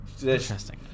Interesting